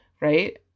Right